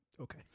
okay